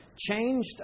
changed